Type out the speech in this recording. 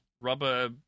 rubber